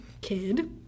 kid